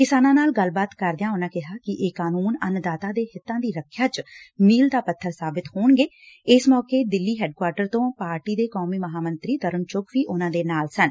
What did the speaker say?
ਕਿਸਾਨਾਂ ਨਾਲ ਗੱਲਬਾਤ ਕਰਦਿਆਂ ਉਨੂਾਂ ਕਿਹਾ ਕਿ ਇਹ ਕਾਨੁੰਨ ਅੰਨਦਾਤਾ ਦੇ ਹਿੱਤਾਂ ਦੀ ਰੱਖਿਆ ਚ ਮੀਲ ਦਾ ਪੱਬਰ ਸਾਬਤ ਹੋਣਗੇ ਇਸ ਮੌਕੇ ਦਿੱਲੀ ਹੈੱਡਕੁਆਟਰ ਤੋਂ ਪਾਰਟੀ ਦੇ ਕੌਮੀ ਮਹਾਂ ਮੰਤਰੀ ਤਰੁਣ ਚੁੱਘ ਵੀ ਉਨਾਂ ਦੇ ਨਾਲ ਸਨ